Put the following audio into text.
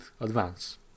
advance